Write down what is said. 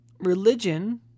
religion